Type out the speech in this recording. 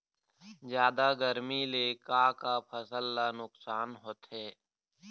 जादा गरमी ले का का फसल ला नुकसान होथे?